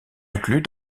inclus